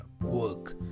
work